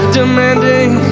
demanding